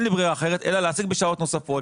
לו ברירה אחרת אלא להעסיק בשעות נוספות.